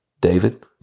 David